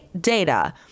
data